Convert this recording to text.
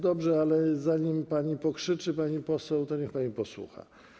Dobrze, ale zanim pani pokrzyczy, pani poseł, to niech pani posłucha.